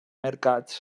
mercats